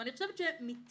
אני חושבת שמטבעה,